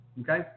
Okay